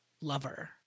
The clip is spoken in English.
lover